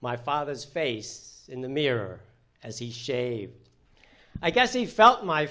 my father's face in the mirror as he shaved i guess he felt my